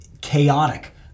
chaotic